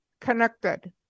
connected